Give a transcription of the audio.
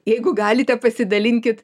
jeigu galite pasidalinkit